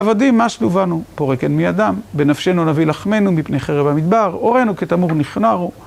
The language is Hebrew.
עבדים משלו בנו פרק אין מידם, בנפשנו נביא לחמנו מפני חרב המדבר, עורנו כתנור נכמרו